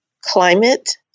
climate